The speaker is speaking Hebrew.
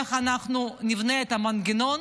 איך אנחנו נבנה את המנגנון.